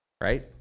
right